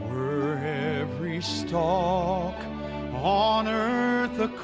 every stalk on earth a